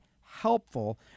helpful